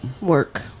work